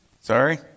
Sorry